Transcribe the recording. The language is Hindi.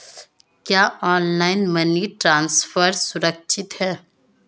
क्या ऑनलाइन मनी ट्रांसफर सुरक्षित है?